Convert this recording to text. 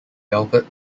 velvet